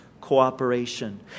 cooperation